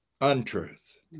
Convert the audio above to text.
untruth